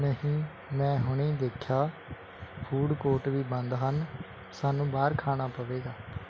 ਨਹੀਂ ਮੈਂ ਹੁਣੇ ਦੇਖਿਆ ਫੂਡ ਕੋਰਟ ਵੀ ਬੰਦ ਹਨ ਸਾਨੂੰ ਬਾਹਰ ਖਾਣਾ ਪਵੇਗਾ